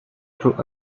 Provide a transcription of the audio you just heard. through